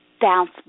bounce